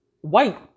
White